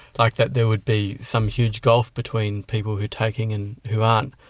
like that there would be some huge gulf between people who're taking and who aren't,